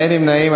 אין נמנעים.